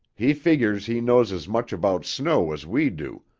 he figures he knows as much about snow as we do,